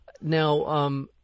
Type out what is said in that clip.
now –